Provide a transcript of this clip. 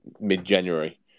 mid-January